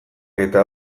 eta